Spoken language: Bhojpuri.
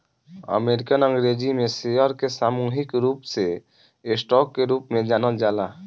अमेरिकन अंग्रेजी में शेयर के सामूहिक रूप से स्टॉक के रूप में जानल जाला